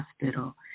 hospital